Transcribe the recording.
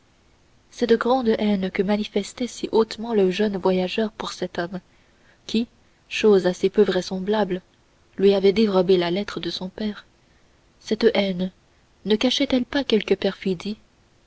cette grande haine que manifestait si hautement le jeune voyageur pour cet homme qui chose assez peu vraisemblable lui avait dérobé la lettre de son père cette haine ne cachait elle pas quelque perfidie